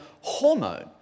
hormone